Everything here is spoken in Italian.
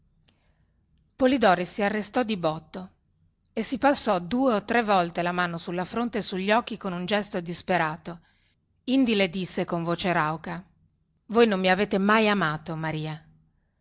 polidori si arrestò di botto e si passò due o tre volte la mano sulla fronte e sugli occhi con un gesto disperato indi le disse con voce rauca voi non mi avete mai amato maria